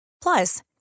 Plus